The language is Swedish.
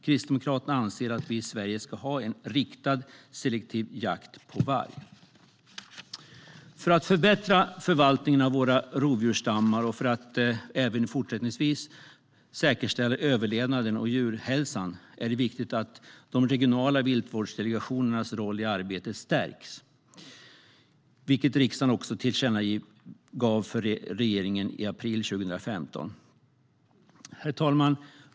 Kristdemokraterna anser att vi i Sverige ska ha en riktad selektiv jakt på varg. För att förbättra förvaltningen av våra rovdjursstammar och även fortsättningsvis säkerställa överlevnaden och djurhälsan är det viktigt att de regionala viltvårdsdelegationernas roll i arbetet stärks, vilket riksdagen också tillkännagav för regeringen i april 2015. Herr talman!